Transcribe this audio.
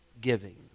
giving